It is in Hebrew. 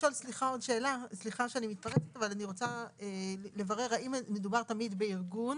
לשאול עוד שאלה: אני רוצה לברר האם מדובר תמיד בארגון